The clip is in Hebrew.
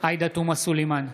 עאידה תומא סלימאן,